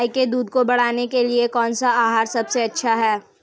गाय के दूध को बढ़ाने के लिए कौनसा आहार सबसे अच्छा है?